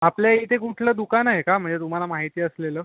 आपल्या इथे कुठलं दुकान आहे का मजे तुम्हाला माहिती असलेलं